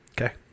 Okay